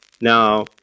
Now